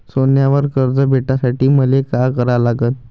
सोन्यावर कर्ज भेटासाठी मले का करा लागन?